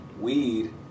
weed